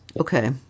Okay